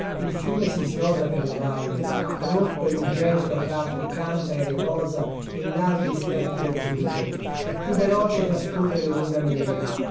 il fiume si snoda per la valle rotto e muggente a tratti canta e riposa in larghi specchi d'azzurro e più veloce trascorre le mura nere